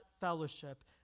fellowship